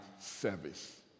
service